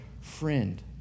friend